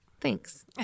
Thanks